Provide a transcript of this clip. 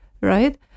Right